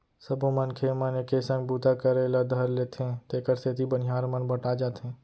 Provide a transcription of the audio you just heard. सबो मनखे मन एके संग बूता करे ल धर लेथें तेकर सेती बनिहार मन बँटा जाथें